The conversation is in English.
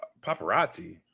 Paparazzi